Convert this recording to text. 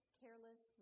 careless